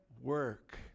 work